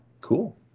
Cool